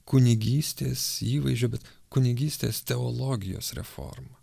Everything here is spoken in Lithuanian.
kunigystės įvaizdžio bet kunigystės teologijos reforma